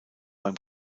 beim